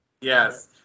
Yes